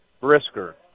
Brisker